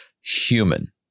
human